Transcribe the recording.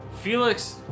Felix